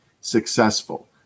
successful